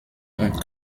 und